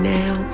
now